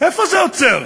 איפה זה עוצר?